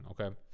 okay